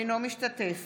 אינו משתתף